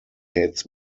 hates